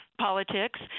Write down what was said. politics